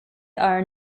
are